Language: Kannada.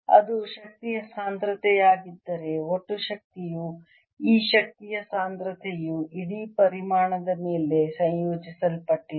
ಅದು ಶಕ್ತಿಯ ಸಾಂದ್ರತೆಯಾಗಿದ್ದರೆ ಒಟ್ಟು ಶಕ್ತಿಯು ಈ ಶಕ್ತಿಯ ಸಾಂದ್ರತೆಯು ಇಡೀ ಪರಿಮಾಣದ ಮೇಲೆ ಸಂಯೋಜಿಸಲ್ಪಟ್ಟಿದೆ